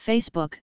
Facebook